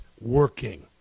working